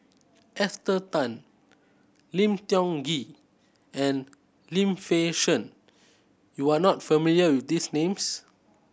Esther Tan Lim Tiong Ghee and Lim Fei Shen you are not familiar with these names